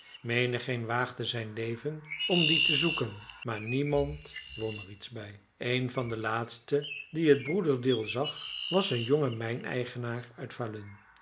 menigeen waagde zijn leven om dien te zoeken maar niemand won er iets bij een van de laatsten die het broederdeel zag was een jonge